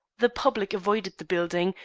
the public avoided the building,